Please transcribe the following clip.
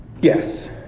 yes